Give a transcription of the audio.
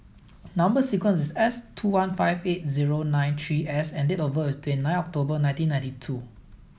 number sequence is S two one five eight zero nine three S and date of birth is twenty nine of October nineteen ninety two